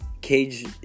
Cage